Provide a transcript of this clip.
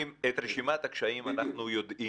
צופית, את רשימת הקשיים אנחנו יודעים.